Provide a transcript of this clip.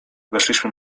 weszliśmy